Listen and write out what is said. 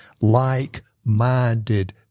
like-minded